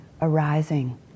arising